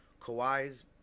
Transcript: Kawhi's